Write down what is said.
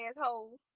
asshole